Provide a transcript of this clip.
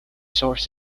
source